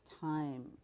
time